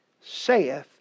saith